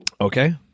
Okay